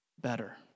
better